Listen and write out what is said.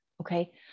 Okay